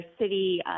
city